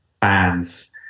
fans